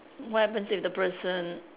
what happens if the person